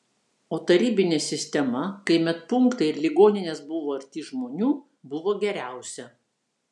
o tarybinė sistema kai medpunktai ir ligoninės buvo arti žmonių buvo geriausia